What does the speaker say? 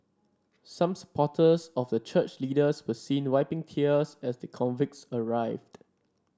some supporters of the church leaders were seen wiping tears as the convicts arrived